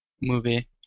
movie